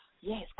yes